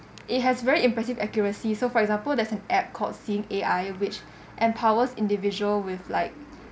it has very impressive accuracy so for example there's an app called seeing A_I which empowers individuals with like